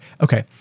okay